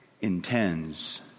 intends